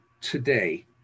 today